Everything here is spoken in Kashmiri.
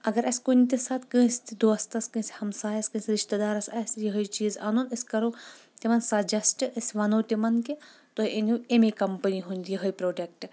اگر اَسہِ کُنہِ تہٕ ساتہٕ کأنٛسہِ دوستس کأنٛسہِ ہمسایس رِشتہٕ دارس آسہِ یِہے چیٖز آنُن أسۍ کرو تِمن سجسٹ أسۍ ونو تِمن کہ تُہۍ أنو اَمی کمپنی ہُنٛد یۄہے پروڈکٹ